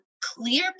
clear